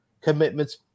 commitments